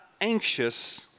anxious